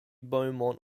beaumont